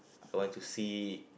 I want to see